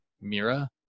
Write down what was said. Mira